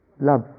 love